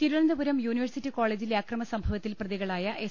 Thiruvananthapuram university കോളേജിലെ അക്രമസംഭവത്തിൽ പ്രതികളായ എസ്